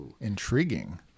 Intriguing